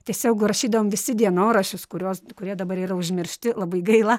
tiesiog rašydavom visi dienoraščius kuriuos kurie dabar yra užmiršti labai gaila